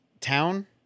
town